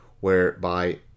whereby